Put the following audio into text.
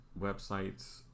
websites